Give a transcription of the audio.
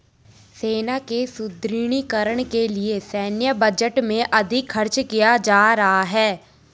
सेना के सुदृढ़ीकरण के लिए सैन्य बजट में अधिक खर्च किया जा रहा है